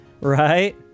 Right